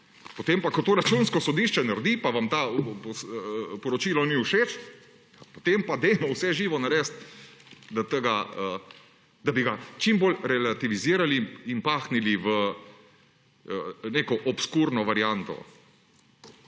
Potem pa ko to Računsko sodišče naredi, pa vam to poročilo ni všeč, potem pa dajmo vse živo narediti, da bi ga čim bolj relativizirali in pahnili v neko obskurno varianto.